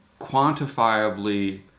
quantifiably